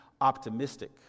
optimistic